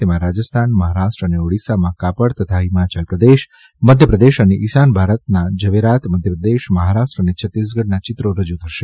તેમાં રાજસ્થાન મહારાષ્ટ્ર અને ઓડીશામાં કાપડ તથા હિમાચલ પ્રદેશ મધ્યપ્રદેશ અને ઇશાન ભારતનાં જવેરાત મધ્યપ્રદેશ મહારાષ્ટ્ર અને છત્તીસગઢનાં ચિત્રો રજૂ થશે